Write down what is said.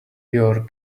your